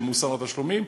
של מוסר התשלומים,